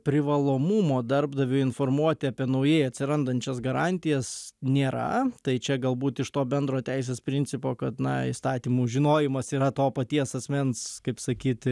privalomumo darbdaviui informuoti apie naujai atsirandančias garantijas nėra tai čia galbūt iš to bendro teisės principo kad na įstatymų žinojimas yra to paties asmens kaip sakyti